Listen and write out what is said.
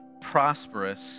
prosperous